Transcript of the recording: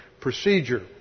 procedure